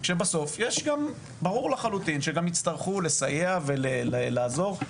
שיצטרכו לסייע ולעזור.